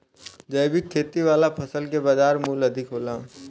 जैविक खेती वाला फसल के बाजार मूल्य अधिक होला